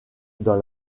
dans